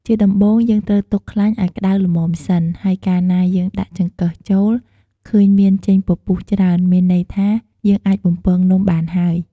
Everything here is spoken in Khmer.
ជាដំបូង យើងត្រូវទុកខ្លាញ់ឲ្យក្ដៅល្មមសិន ហើយកាលណាយើងដាក់ចង្កឹះចូល ឃើញមានចេញពពុះច្រើន មានន័យថា យើងអាចបំពងនំបានហើយ។